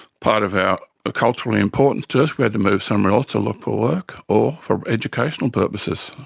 part of our ah cultural importance to us. we had to move somewhere else to look for work or for educational purposes.